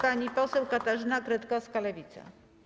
Pani poseł Katarzyna Kretkowska, Lewica.